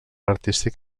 artístic